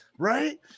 Right